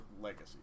legacy